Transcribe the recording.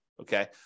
Okay